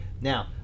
now